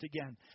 again